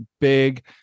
big